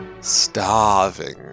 starving